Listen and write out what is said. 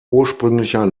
ursprünglicher